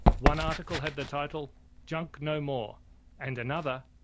one article had the title junk no more and another,